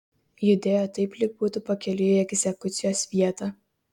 judėjo taip lyg būtų pakeliui į egzekucijos vietą